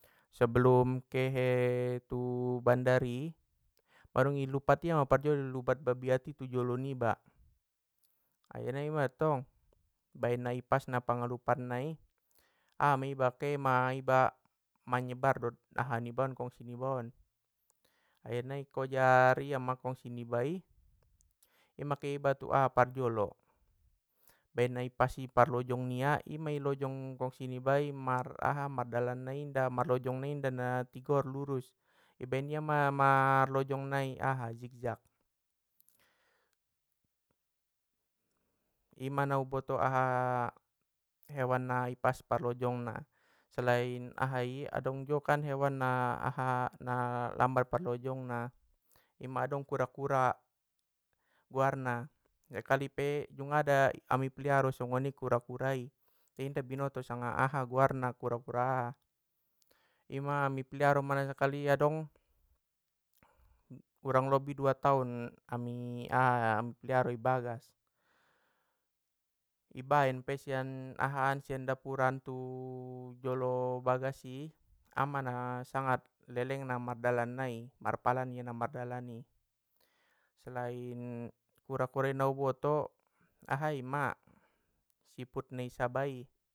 Sebelum kehe tu bandar i, mandung ilumpat ia ma parjolo i lumpat babiat i parjolo tu jolo niba, akhirna i mantong ambaen ipasna pangalumpat nai, aha ma iba kehe ma iba manyebar dot aha ni ibaon kongsi ni ibaon, akhirna ikojar ia ma kongsi ni iba ima ke iba tu a parjolo, ambaen na ipas i parljong nia ima i lojong kongsi nibai mar aha mardalan nai- marlojong nai inda na tigor lurus, ibaen ia ma marlojong nai aha zigzag. Ima na u boto hewan na i pas parlojong na selain aha i adong juo kan hewan na aha na lambat parlojong na, ima adong kura kura guarna i pe jungada ami paliaro songoni kura kura i inda bonoto sanga aha guarna kura kura aha, ima ami paliaro sang- adong urang lobi dua taon ami paliaro i bagas i baen pe sian aha sian dapuran tu jolo bagas i, ama na sangat leleng na mardalan nai marpalan ia na mardalan i selain kura kura i na u boto ahai ma siput ni saba i.